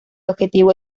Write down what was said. objetivo